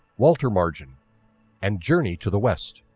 water margin and journey to the west.